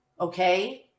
Okay